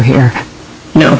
here no